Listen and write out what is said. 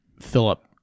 Philip